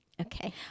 Okay